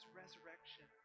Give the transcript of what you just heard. resurrection